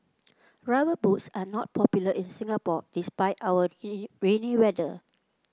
rubber boots are not popular in Singapore despite our rainy weather